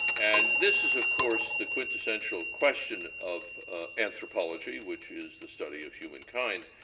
and this is, of course, the quintessential question of anthropology, which is the study of humankind.